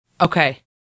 Okay